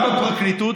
גם הפרקליטות,